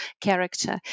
character